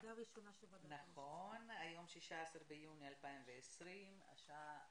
היום 16 ביוני 2020, השעה